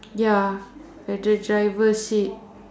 ya at the driver seat